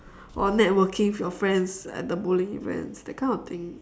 or networking with your friends at the bowling events that kind of thing